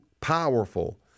powerful